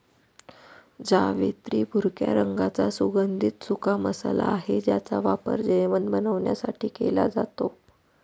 जावेत्री भुरक्या रंगाचा सुगंधित सुका मसाला आहे ज्याचा वापर जेवण बनवण्यासाठी केला जातो